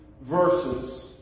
verses